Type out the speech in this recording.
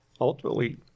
Ultimately